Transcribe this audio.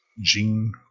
Jean